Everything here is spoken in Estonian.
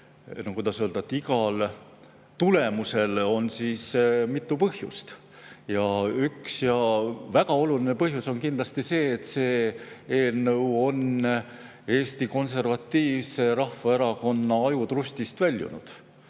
igal tulemusel on mitu põhjust ja üks väga oluline põhjus on kindlasti see, et see eelnõu on Eesti Konservatiivse Rahvaerakonna ajutrustist väljunud